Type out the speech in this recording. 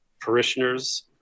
parishioners